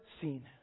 seen